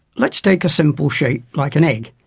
let's take a simple shape like an egg,